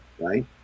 right